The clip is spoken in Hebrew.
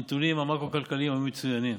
הנתונים המקרו-כלכליים היו מצוינים,